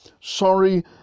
sorry